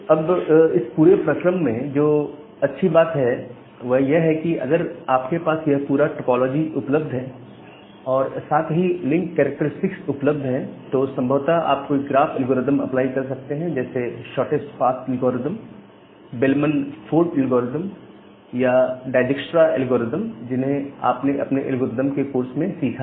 अब इस पूरे प्रक्रम में जो अच्छी बात यह है कि अगर आपके पास यह पूरा टोपोलॉजी उपलब्ध है और साथ ही लिंक कैरेक्टरस्टिक्स उपलब्ध है तो संभवतः आप कोई ग्राफ एल्गोरिदम अप्लाई कर सकते हैं जैसे shortest path algorithm Bellman Ford algorithm या डाइज़क्स्ट्रा एल्गोरिदम Dijkstra's algorithm जिन्हें आपने अपने एल्गोरिदम के कोर्स में सीखा है